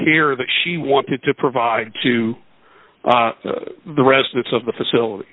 care that she wanted to provide to the residents of the facility